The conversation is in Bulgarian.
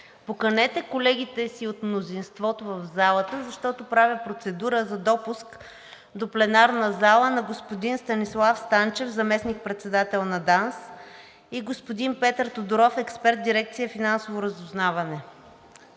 поканете колегите си от мнозинството в залата, защото правя процедура за допуск до пленарната зала на господин Станислав Станчев – заместник-председател на ДАНС, и господин Петър Тодоров – експерт в дирекция „Финансово разузнаване“.